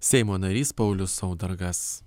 seimo narys paulius saudargas